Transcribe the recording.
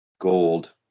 gold